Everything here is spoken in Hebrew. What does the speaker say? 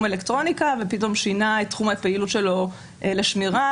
אלקטרוניקה ופתאום שינה את תחום הפעילות שלו לשמירה,